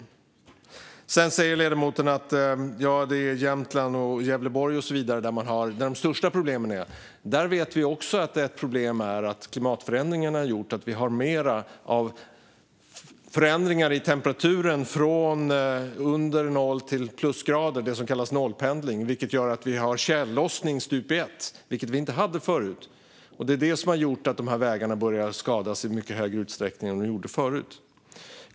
Ledamoten säger att de största problemen finns i Jämtland, Gävleborg och så vidare. Ett problem där är att klimatförändringarna gjort att det blivit större förändringar i temperaturen från under noll till plusgrader, så kallad nollpendling. Det gör att det blir tjällossning stup i ett, och så var det inte förut. Det har gjort att vägarna där skadas i mycket större utsträckning än tidigare.